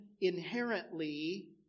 inherently